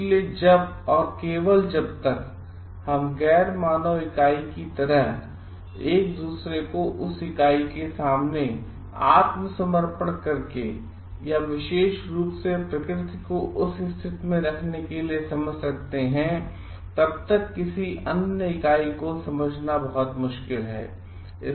इसलिए जब तक और केवल जब तक हम गैर मानव इकाई की तरह दूसरे को उस इकाई के सामने आत्मसमर्पण करके या विशेष रूप से प्रकृति को उस स्थिति में रखने के लिए समझ सकते हैं तब तक किसी अन्य इकाई को समझना बहुत मुश्किल है